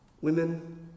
women